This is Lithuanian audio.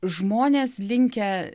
žmonės linkę